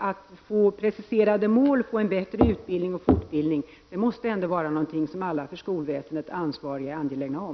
Att få preciserade mål, en bättre utbildning och fortbildning, måste vara någonting som alla för skolväsendet ansvariga är angelägna om.